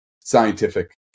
scientific